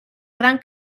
gran